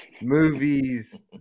movies